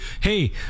hey